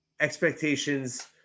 expectations –